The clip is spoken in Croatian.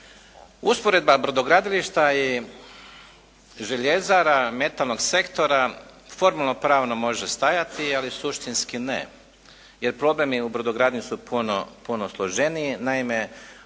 Usporedba brodogradilišta i željezara, metalnog sektora formalno-pravno može stajati, ali suštinski ne jer problemi u brodogradnji su puno složeniji. Naime,